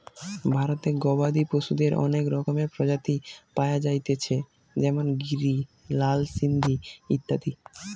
ভারতে গবাদি পশুদের অনেক রকমের প্রজাতি পায়া যাইতেছে যেমন গিরি, লাল সিন্ধি ইত্যাদি